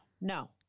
no